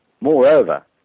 Moreover